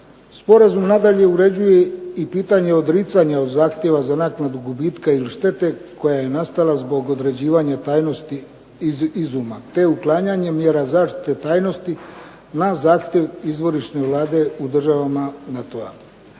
sporazum nadalje uređuje i pitanje odricanja od zahtjeva za naknadu gubitka ili štete koja je nastala zbog određivanja tajnosti izuma, te uklanjanje mjera zaštite tajnosti na zahtjev izvorišne Vlade u državama NATO-a.